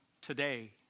today